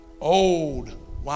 old